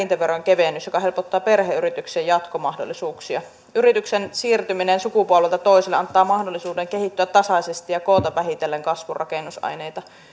perintöveron kevennys joka helpottaa perheyrityksien jatkomahdollisuuksia yrityksen siirtyminen sukupolvelta toiselle antaa mahdollisuuden kehittyä tasaisesti ja koota vähitellen kasvun rakennusaineita